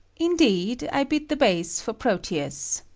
indeed, i bid the base for proteus.